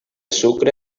sucre